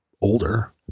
older